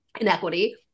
inequity